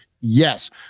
Yes